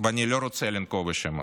ואני לא רוצה לנקוב בשמות.